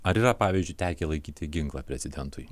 ar yra pavyzdžiui tekę laikyti ginklą prezidentui